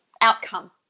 outcome